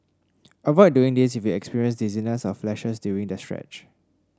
avoid doing this if you experience dizziness or flashes during the stretch